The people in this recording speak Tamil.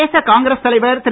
பிரதேச காங்கிரஸ் தலைவர் திரு